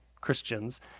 Christians